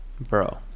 Bro